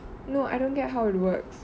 no I don't get how it works